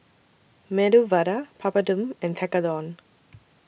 Medu Vada Papadum and Tekkadon